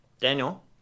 Daniel